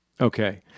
Okay